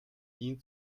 ihn